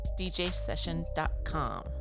djsession.com